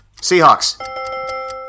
Seahawks